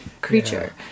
Creature